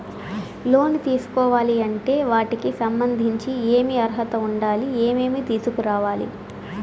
లోను తీసుకోవాలి అంటే వాటికి సంబంధించి ఏమి అర్హత ఉండాలి, ఏమేమి తీసుకురావాలి